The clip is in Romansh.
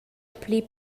pli